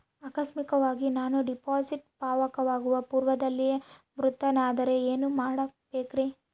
ಆಕಸ್ಮಿಕವಾಗಿ ನಾನು ಡಿಪಾಸಿಟ್ ಪಕ್ವವಾಗುವ ಪೂರ್ವದಲ್ಲಿಯೇ ಮೃತನಾದರೆ ಏನು ಮಾಡಬೇಕ್ರಿ?